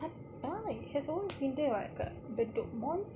!huh! it's always been there [what] kat bedok mall